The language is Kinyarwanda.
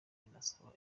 binasaba